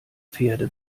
pferde